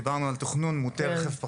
דיברנו על תכנון מוטה רכב פרטי,